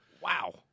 wow